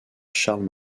charles